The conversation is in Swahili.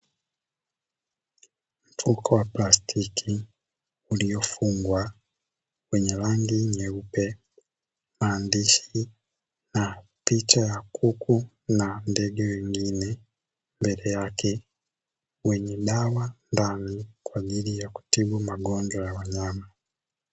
Mfuko wa plastiki uliofungwa kwenye rangi nyeupe, maandishi na picha ya kuku na ndege wengine, mbele yake wenye dawa ndani kwaajili yakutibu magonjwa ya wanyama.